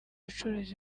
abacuruzi